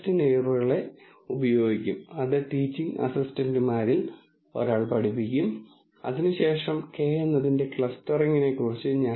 ആ പ്രക്രിയയുടെ ഭാഗമായി നിങ്ങൾക്ക് താൽപ്പര്യമുള്ള പ്രോബ്ലം പരിഹരിക്കുന്നതിനുള്ള മികച്ച ടെക്നിക്ക് തിരഞ്ഞെടുക്കുന്നതിന് ചട്ടക്കൂടിനുള്ളിൽ ഈ അനുമാന മൂല്യനിർണ്ണയ സൈക്കിൾ നമ്മൾ എങ്ങനെ ഉപയോഗിക്കുന്നുവെന്നും നമ്മൾ കാണും